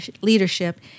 leadership